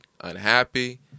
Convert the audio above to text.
unhappy